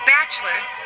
Bachelors